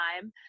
time